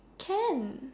can